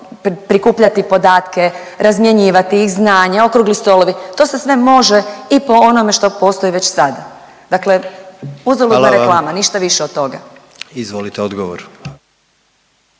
prikupljati podatke, razmjenjivati i znanje, Okrugli stolovi, to se sve može i po onome što postoji već sada, dakle uzaludna reklama…/Upadica predsjednik: